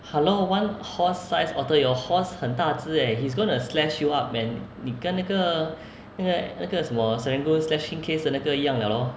hello one horse size otter your horse 很大只 eh he's going to slash you up man 你跟那个那个那个什么 serangoon slashing case 的那个一样 liao lor